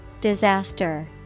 Disaster